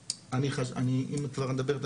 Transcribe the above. אם את כבר מדברת,